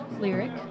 Lyric